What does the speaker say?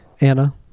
Anna